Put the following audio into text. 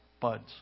buds